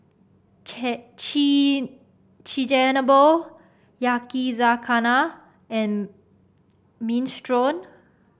Chigenabe Yakizakana and Minestrone